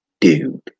Dude